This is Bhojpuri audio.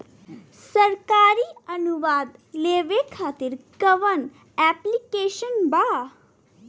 सरकारी अनुदान लेबे खातिर कवन ऐप्लिकेशन बा?